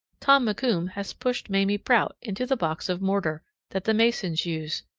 tom mccoomb has pushed mamie prout into the box of mortar that the masons use.